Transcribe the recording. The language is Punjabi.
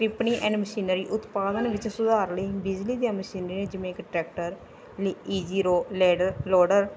ਟਿੱਪਣੀ ਇਨ ਮਸ਼ੀਨਰੀ ਉਤਪਾਦਨ ਵਿੱਚ ਸੁਧਾਰ ਲਈ ਬਿਜਲੀ ਦੀਆਂ ਮਸ਼ੀਨਰੀ ਜਿਵੇਂ ਕਿ ਟਰੈਕਟਰ ਲਈ ਈਜੀ ਰੋ ਲੈਡਰ ਲੋਡਰ